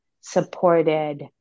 supported